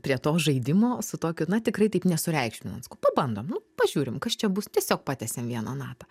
prie to žaidimo su tokiu na tikrai taip nesureikšminant sakau pabandom nu pažiūrim kas čia bus tiesiog patiesiam vieną natą